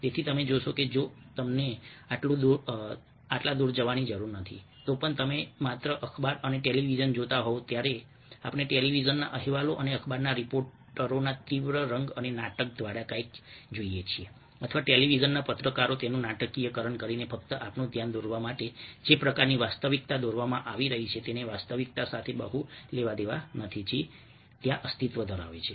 તેથી તમે જોશો કે જો તમે આટલું દૂર ન જાઓ તો પણ જો તમે માત્ર અખબાર અને ટેલિવિઝન જોતા હોવ જ્યારે આપણે ટેલિવિઝનના અહેવાલો અને અખબારના રિપોર્ટરોના તીવ્ર રંગ અને નાટક દ્વારા કંઈક જોઈએ છીએ અથવા ટેલિવિઝનના પત્રકારો તેનું નાટકીયકરણ કરીને ફક્ત આપણું ધ્યાન દોરવા માટે જે પ્રકારની વાસ્તવિકતા દોરવામાં આવી રહી છે તેને વાસ્તવિકતા સાથે બહુ લેવાદેવા નથી જે ત્યાં અસ્તિત્વ ધરાવે છે